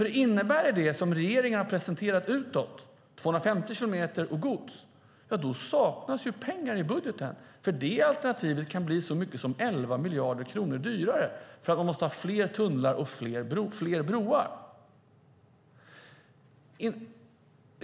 Om det innebär det regeringen har presenterat utåt, alltså 250 kilometer i timmen och gods, saknas det nämligen pengar i budgeten eftersom det alternativet kan bli så mycket som 11 miljarder kronor dyrare i och med att man måste ha fler tunnlar och fler broar.